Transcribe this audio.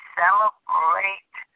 celebrate